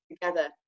together